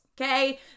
Okay